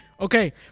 Okay